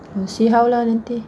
we see how lah nanti